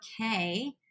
okay